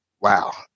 wow